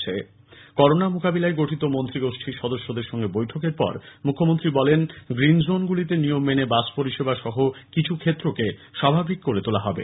গতকাল করোনা মোকাবিলায় গঠিত মন্ত্রীগোষ্ঠীর সদস্যদের সঙ্গে বৈঠকের পর মুখ্যমন্ত্রী বলেন গ্রীন জোন গুলিতে নিয়ম মেনে বাস পরিষেবা সহ কিছু ক্ষেত্রকে স্বাভাবিক করে তোলা হবে